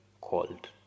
called